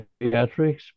pediatrics